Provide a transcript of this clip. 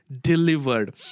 delivered